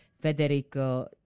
Federico